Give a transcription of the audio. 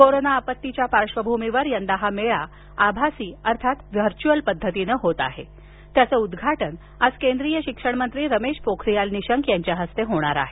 corona आपत्तीच्या पार्श्वभूमीवर यंदा हा मेळा आभासी अर्थात व्हर्च्युअल पद्धतीनं होत असून त्याचं उद्घाटन आज केंद्रीय शिक्षणमंत्री रमेश पोखरीयाल निशंक यांच्या हस्ते होणार आहे